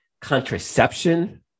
contraception